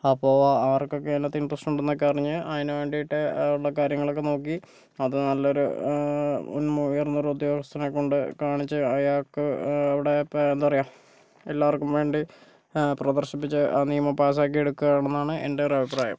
അപ്പൊൾ ആർക്കൊക്കെ അതിനകത്ത് ഇൻട്രസ്റ്റ് ഉണ്ടെന്നൊക്കെ അറിഞ്ഞ് അതിനു വേണ്ടിയിട്ട് ഉള്ള കാര്യങ്ങളൊക്കെ നോക്കി അത് നല്ലൊരു ഉയർന്ന ഒരു ഉദ്യോഗസ്ഥനെ കൊണ്ടു കാണിച്ച് അയാൾക്ക് അവിടെ ഇപ്പോൾ എന്താ പറയുക എല്ലാവർക്കും വേണ്ടി പ്രദർശിപ്പിച്ച് ആ നിയമം പാസാക്കി എടുക്കുകയാണ് എന്നാണ് എൻ്റെ ഒരു അഭിപ്രായം